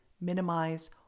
minimize